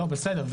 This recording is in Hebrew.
בסדר.